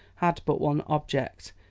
had but one object,